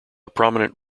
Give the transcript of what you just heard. prominent